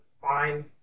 fine